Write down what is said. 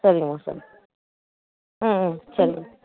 சரிங்கம்மா சரி ம்ம் சரி